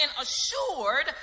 assured